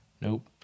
nope